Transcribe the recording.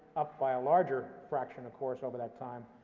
up by a larger fraction, of course, over that time.